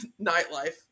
nightlife